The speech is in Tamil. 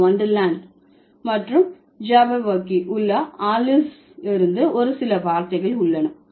இந்த வொண்டர்லாண்ட் மற்றும் ஜாபெர்வோக்கி உள்ள ஆலிஸ் இருந்து ஒரு சில வார்த்தைகள் உள்ளன